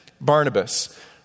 Barnabas